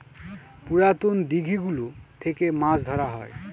পুরাতন দিঘি গুলো থেকে মাছ ধরা হয়